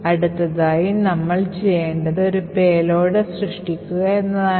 അടുത്തതായി നമ്മൾ ചെയ്യേണ്ടത് ഒരു പേലോഡ് സൃഷ്ടിക്കുക എന്നതാണ്